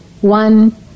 One